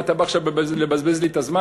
מה אתה בא עכשיו לבזבז לי את הזמן?